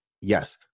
yes